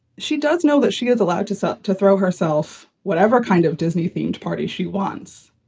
she does know that she is allowed to sell to throw herself whatever kind of disney themed party she wants.